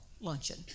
luncheon